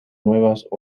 nuevas